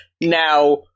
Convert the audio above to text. now